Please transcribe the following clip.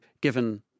given